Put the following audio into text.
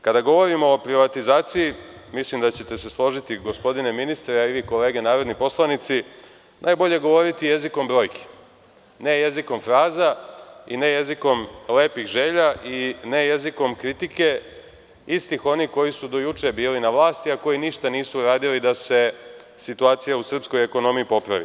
Kada govorimo o privatizaciji, mislim da ćete se složiti da je, gospodine ministre, a i vi, kolege narodni poslanici, najbolje govoriti jezikom brojki, ne jezikom fraza, ne jezikom lepih želja i ne jezikom kritike istih onih koji su do juče bili na vlasti, a koji nisu ništa uradili da se situacija u srpskoj ekonomiji popravi.